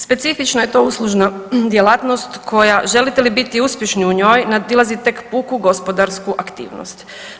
Specifična je to uslužna djelatnost koja želite li biti uspješni u njoj nadilazi tek puku gospodarsku aktivnost.